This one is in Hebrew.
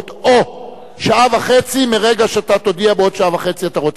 או שעה וחצי מרגע שאתה תודיע שבעוד שעה וחצי אתה רוצה הצבעה.